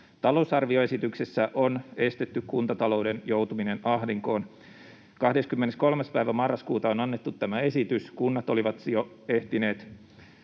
talousarvioesityksessä on estetty kuntatalouden joutuminen ahdinkoon. Tämä esitys on annettu 23. marraskuuta, monet kunnat olivat jo ehtineet